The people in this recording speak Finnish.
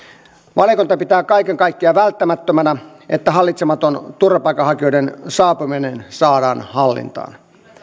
valiokunta pitää kaiken kaikkiaan välttämättömänä että hallitsematon turvapaikanhakijoiden saapuminen saadaan hallintaan